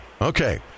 Okay